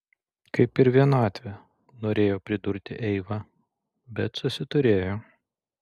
kaip ir vienatvė norėjo pridurti eiva bet susiturėjo